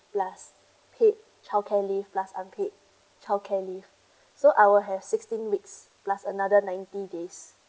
plus paid childcare leave plus unpaid childcare leave so I will have sixteen weeks plus another ninety days